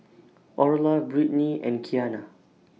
Orla Britni and Kiana